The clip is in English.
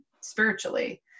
spiritually